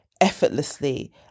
effortlessly